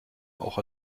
auch